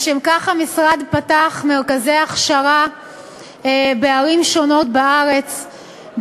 לשם כך המשרד פתח מרכזי הכשרה בערים שונות בארץ,